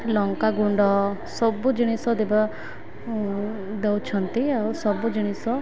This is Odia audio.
ଲଙ୍କା ଗୁଣ୍ଡ ସବୁ ଜିନିଷ ଦେବା ଦଉଛନ୍ତି ଆଉ ସବୁ ଜିନିଷ